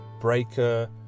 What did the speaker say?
Breaker